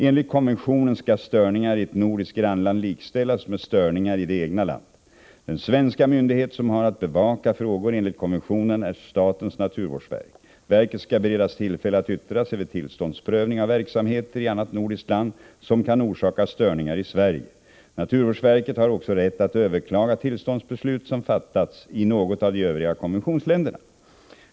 Enligt konventionen skall störningar i ett nordiskt grannland likställas med störningar i det egna landet. Den svenska myndighet som har att bevaka frågor enligt konventionen är statens naturvårdsverk. Verket skall beredas tillfälle att yttra sig vid tillståndsprövning av verksamheter i annat nordiskt land som kan orsaka störningar i Sverige. Naturvårdsverket har också rätt att överklaga tillståndsbeslut som fattats i något av de övriga konventionsländerna.